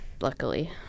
Luckily